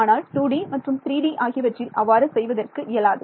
ஆனால் 2D மற்றும் 3D ஆகியவற்றில் அவ்வாறு செய்வதற்கு இயலாது